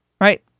right